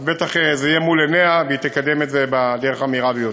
אז בטח זה יהיה מול עיניה והיא תקדם את זה בדרך המהירה ביותר.